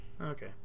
Okay